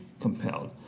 compelled